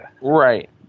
Right